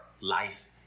life